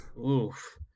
Oof